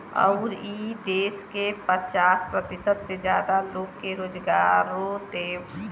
अउर ई देस के पचास प्रतिशत से जादा लोग के रोजगारो देला